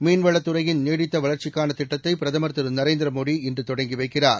மீன்வளத் துறையின் நீடித்த வளர்ச்சிக்கான திட்டத்தை பிரதம் திரு நரேந்திரமோடி இன்று தொடங்கி வைக்கிறார்